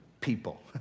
people